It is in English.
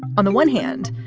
on the one hand,